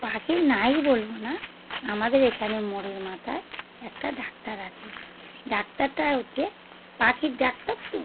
পাখি নাই বলবো না আমাদের এখানে মোড়ের মাথায় একটা ডাক্তার আছে ডাক্তারটা হচ্ছে পাখির ডাক্তার তো